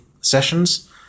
sessions